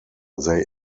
they